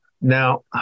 Now